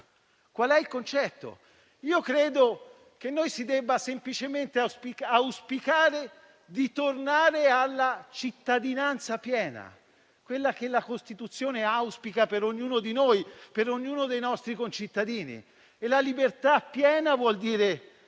Qual è il concetto? Noi dobbiamo semplicemente auspicare di tornare alla cittadinanza piena, quella che la Costituzione auspica per ognuno di noi, per ognuno dei nostri concittadini. Libertà piena vuol dire